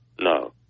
No